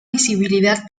visibilidad